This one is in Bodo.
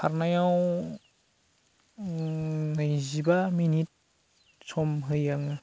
खारनायाव नैजिबा मिनिट सम होयो आङो